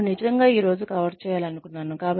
నేను నిజంగా ఈ రోజు కవర్ చేయాలనుకున్నాను